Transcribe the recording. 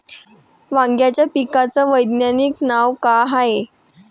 वांग्याच्या पिकाचं वैज्ञानिक नाव का हाये?